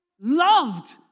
loved